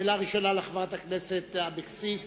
שאלה ראשונה לחברת הכנסת אבקסיס.